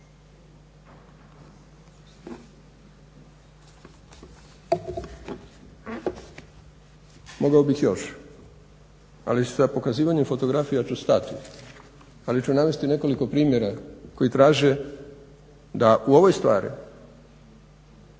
Mogao bih još, ali sa pokazivanjem fotografija ću stat. Ali ću navesti nekoliko primjera koji traže da u ovoj stvari